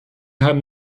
haben